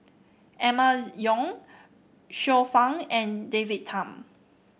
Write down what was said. Emma Yong Xiu Fang and David Tham